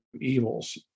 evils